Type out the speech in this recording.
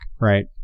right